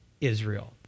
Israel